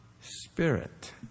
spirit